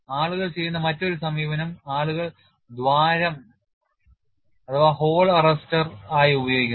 ആളുകൾ ചെയ്യുന്ന മറ്റൊരു സമീപനം ആളുകൾ ദ്വാരം arrester ആയി ഉപയോഗിക്കുന്നു